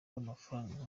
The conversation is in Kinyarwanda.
w’amafaranga